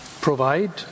provide